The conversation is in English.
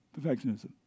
perfectionism